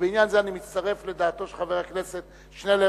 ובעניין זה אני מצטרף לדעתו של חבר הכנסת שנלר.